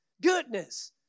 goodness